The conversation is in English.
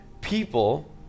people